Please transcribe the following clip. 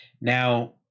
Now